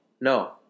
No